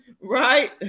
right